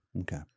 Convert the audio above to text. Okay